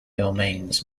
domains